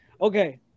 Okay